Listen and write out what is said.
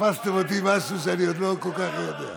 תפסתם אותי במשהו שאני עוד לא כל כך יודע.